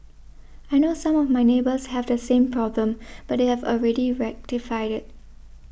I know some of my neighbours have the same problem but they have already rectified it